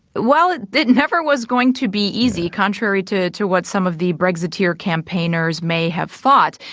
well, it it never was going to be easy, contrary to to what some of the brexiteer campaigners may have thought.